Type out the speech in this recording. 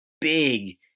big